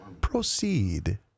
Proceed